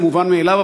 זה מובן מאליו,